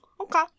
Okay